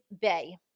Bay